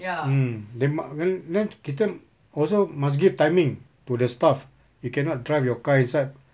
mm they mu~ kan then kita also must give timing to the staff you cannot drive your car inside